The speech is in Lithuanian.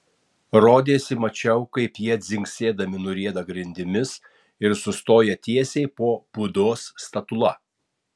rodėsi mačiau kaip jie dzingsėdami nurieda grindimis ir sustoja tiesiai po budos statula